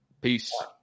Peace